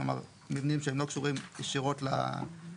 כלומר מבנים שהם לא קשורים ישירות לרכבת.